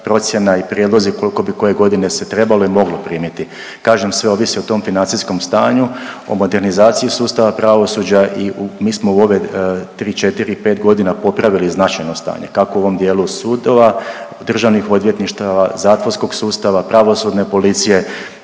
procjena i prijedlozi koliko bi koje godine se trebalo i moglo primiti, kažem sve ovisi o tom financijskom stanju, o modernizaciji sustava pravosuđa. I mi smo u ove tri, četiri, pet godina popravili značajno stanje kako u ovom dijelu sudova, državnih odvjetništava, zatvorskog sustava, pravosudne policije